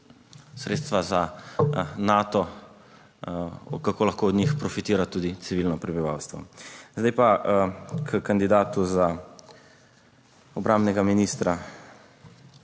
sredstva za Nato, kako lahko od njih profitira tudi civilno prebivalstvo. Zdaj pa h kandidatu za obrambnega ministra.